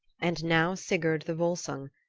and now sigurd the volsung,